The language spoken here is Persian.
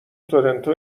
تورنتو